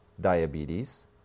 diabetes